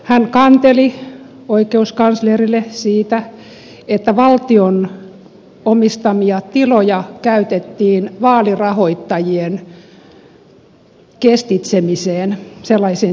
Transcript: hän kanteli oikeuskanslerille siitä että valtion omistamia tiloja käytettiin vaalirahoittajien kestitsemiseen sellaiseen tilaisuuteen